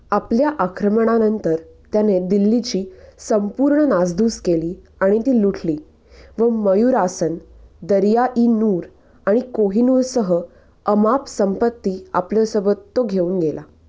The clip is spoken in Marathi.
आपल्या आक्रमणानंतर त्याने दिल्लीची संपूर्ण नासधूस केली आणि ती लुटली व मयूरासन दर्या ई नूर आणि कोहिनूरसह अमाप संपत्ती आपल्यासोबत तो घेऊन गेला